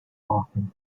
often